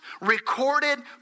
recorded